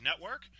Network